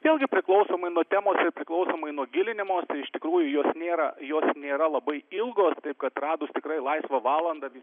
vėlgi priklausomai nuo temos ir priklausomai nuo gilinimosi iš tikrųjų jos nėra jos nėra labai ilgos taip kad atradus tikrai laisvą valandą